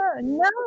no